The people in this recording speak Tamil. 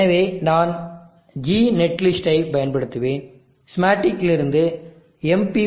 எனவே நான் gnetlist ஐப் பயன்படுத்துவேன் ஸ்கீமாட்டிக்கிலிருந்து mppt